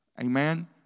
Amen